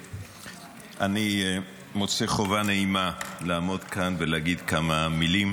אני מוצא חובה נעימה לעמוד כאן ולהגיד כמה מילים